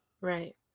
Right